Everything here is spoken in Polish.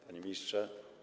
Panie Ministrze!